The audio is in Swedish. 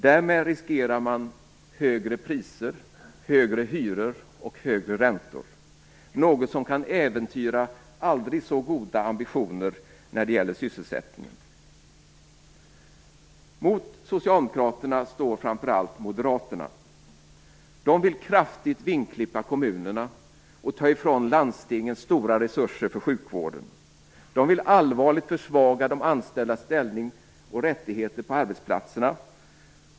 Därmed riskerar man högre priser, högre hyror och högre räntor, något som kan äventyra aldrig så goda ambitioner när det gäller sysselsättningen. Mot socialdemokraterna står framför allt moderaterna. De vill kraftigt vingklippa kommunerna och ta ifrån landstingen stora resurser för sjukvården. De vill allvarligt försvaga de anställdas ställning och rättigheter på arbetsplatserna.